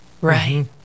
Right